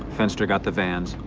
fenster got the vans.